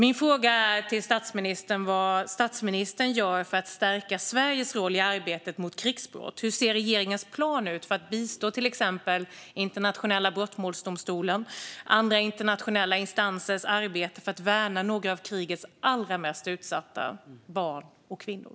Vad gör statsministern för att stärka Sveriges roll i arbetet mot krigsbrott? Hur ser regeringens plan ut för att bistå till exempel Internationella brottmålsdomstolens och andra internationella instansers arbete för att värna några av krigets allra mest utsatta barn och kvinnor?